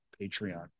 patreon